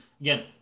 again